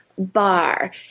bar